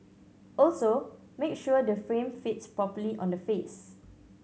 also make sure the frame fits properly on the face